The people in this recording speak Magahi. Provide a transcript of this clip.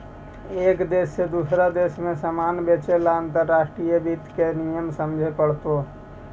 एक देश से दूसरे देश में सामान बेचे ला अंतर्राष्ट्रीय वित्त के नियम समझे पड़तो